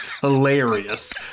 hilarious